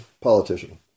politician